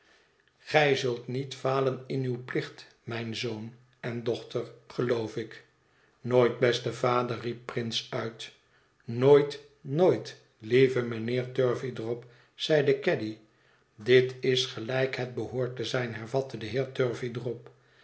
gij zult niet falen in uw plicht mijn zoon en dochter geloof ik nooit beste vader riep prince uit nooit nooit lieve mijnheer turveydrop zeide caddy dit is gelijk het behoort te zijn hervatte de